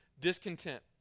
discontent